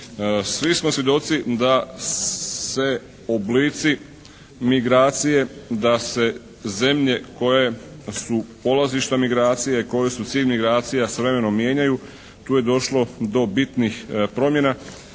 Svi smo svjedoci da se oblici migracije, da se zemlje koje su polazišta migracije, koje su mir migracija s vremenom mijenjaju. Tu je došlo do bitnih promjena